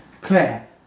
Claire